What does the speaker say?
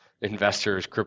investors